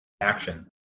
action